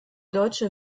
deutsche